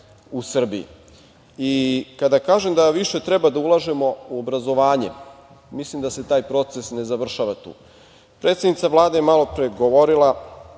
u Srbiji. Kada kažem da više trebamo da ulažemo u obrazovanje, mislim da se taj proces ne završava tu. Predsednica vlade je malopre govorila